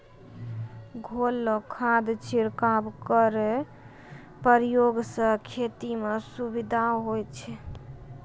घोललो खाद छिड़काव केरो प्रयोग सें खेती म सुविधा होय छै